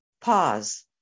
Pause